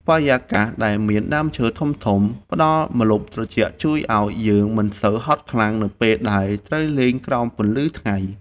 បរិយាកាសដែលមានដើមឈើធំៗផ្ដល់ម្លប់ត្រជាក់ជួយឱ្យយើងមិនសូវហត់ខ្លាំងនៅពេលដែលត្រូវលេងនៅក្រោមពន្លឺថ្ងៃ។